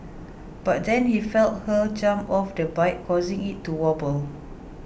but then he felt her jump off the bike causing it to wobble